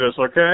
okay